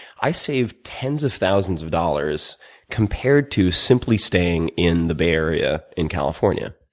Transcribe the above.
i saved tens of thousands of dollars compared to simply staying in the bay area in california.